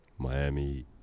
Miami